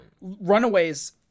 runaways